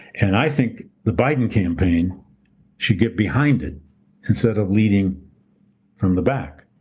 and i think the biden campaign should get behind it instead of leading from the back.